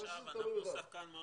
השר להשכלה גבוהה ומשלימה זאב אלקין: